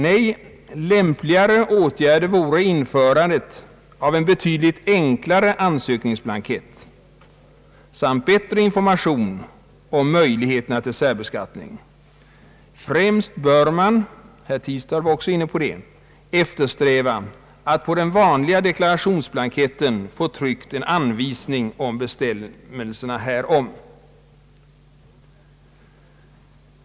Nej, det vore en lämpligare åtgärd att införa en betydligt enklare ansökningsblankett samt bättre information om möjligheterna till särbeskattning. Främst bör man — vilket herr Tistad också var inne på — på den vanliga deklarationsblanketten låta trycka en anvisning om bestämmelserna härom.